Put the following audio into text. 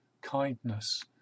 kindness